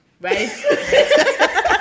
Right